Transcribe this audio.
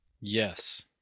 Yes